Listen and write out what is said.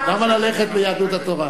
למה ללכת ליהדות התורה?